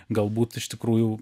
galbūt iš tikrųjų